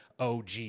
OG